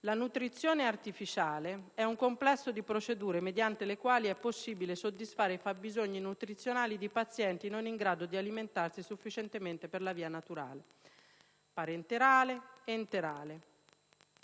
La nutrizione artificiale è un complesso di procedure, mediante le quali è possibile soddisfare i fabbisogni nutrizionali di pazienti non in grado di alimentarsi sufficientemente per la via naturale. Si differenzia